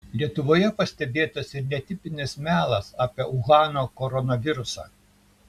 lietuvoje pastebėtas ir netipinis melas apie uhano koronavirusą